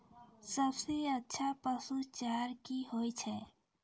सबसे अच्छा पसु चारा की होय छै?